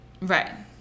right